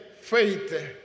faith